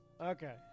Okay